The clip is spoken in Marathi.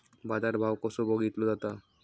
बाजार भाव कसो बघीतलो जाता?